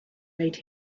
made